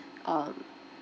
um